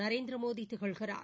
நரேந்திரமோடி திகழ்கிறார்